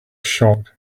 shocked